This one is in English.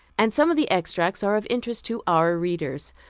and some of the extracts are of interest to our readers.